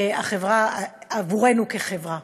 עבורנו כחברה.